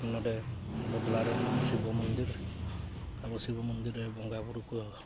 ᱱᱚᱸᱰᱮ ᱵᱚᱫᱽᱲᱟ ᱨᱮ ᱢᱮᱱᱟᱜᱼᱟ ᱥᱤᱵᱚ ᱢᱚᱱᱫᱤᱨ ᱟᱵᱚ ᱥᱤᱵᱚ ᱢᱚᱱᱫᱤᱨ ᱨᱮ ᱵᱚᱸᱜᱟᱼᱵᱩᱨᱩ ᱠᱚ